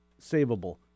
savable